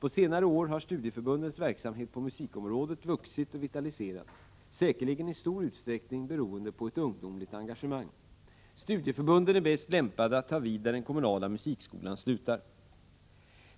På senare år har studieförbundens verksamhet på musikområdet vuxit och vitaliserats, säkerligen i stor utsträckning beroende på ett ungdomligt engagemang. Studieförbunden är bäst lämpade att ta vid där den kommunala musikskolan slutar.